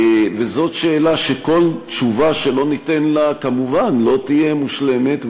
זאת שאלה שכל תשובה שלא ניתן עליה כמובן לא תהיה מושלמת,